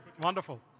Wonderful